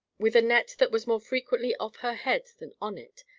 with a net that was more frequently off her head than on it,